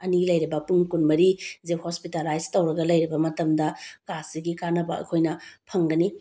ꯑꯅꯤ ꯂꯩꯔꯕ ꯄꯨꯡ ꯀꯨꯟꯃꯔꯤꯁꯦ ꯍꯣꯁꯄꯤꯇꯥꯜꯂꯥꯏꯁ ꯇꯧꯔꯒ ꯂꯩꯔꯕ ꯃꯇꯝꯗ ꯀꯥꯠꯁꯤꯒꯤ ꯀꯥꯟꯅꯕ ꯑꯩꯈꯣꯏꯅ ꯐꯪꯒꯅꯤ